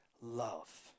love